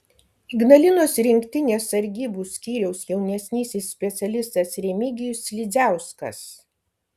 ignalinos rinktinės sargybų skyriaus jaunesnysis specialistas remigijus slidziauskas